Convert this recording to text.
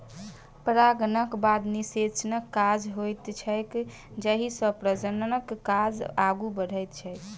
परागणक बाद निषेचनक काज होइत छैक जाहिसँ प्रजननक काज आगू बढ़ैत छै